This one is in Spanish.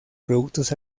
productos